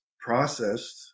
processed